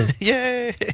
Yay